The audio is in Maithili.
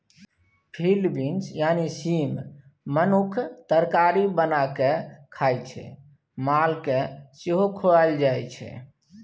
फील्ड बीन्स यानी सीम मनुख तरकारी बना कए खाइ छै मालकेँ सेहो खुआएल जाइ छै